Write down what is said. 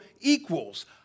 equals